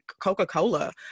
Coca-Cola